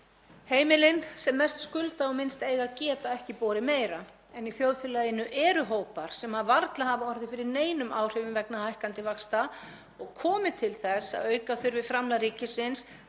Heimilin sem mest skulda og minnst eiga að geta ekki borið meira. En í þjóðfélaginu eru hópar sem varla hafa orðið fyrir neinum áhrifum vegna hækkandi vaxta og komi til þess að auka þurfi framlag ríkisins